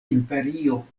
imperio